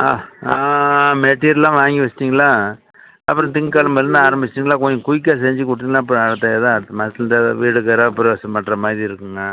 ஆ மெட்டிரியெல்லாம் வாங்கி வைச்சிட்டிங்கனா அப்றம் திங்கள் கெழமைலேருந்து ஆரம்பிச்சிட்டிங்கனா கொஞ்சம் குயிக்காக செஞ்சு குடுத்திங்கனா அப்றம் அதான் அடுத்த மாசத்துலேருந்து வீடு கிரகபிரதேஷம் பண்ணுற மாதிரி இருக்கும்ங்க